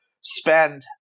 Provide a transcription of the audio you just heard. spend